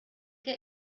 get